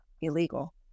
illegal